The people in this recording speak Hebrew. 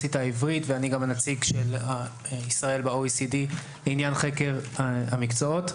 גם נציג ישראל ב-OECD לעניין חקר המקצועות.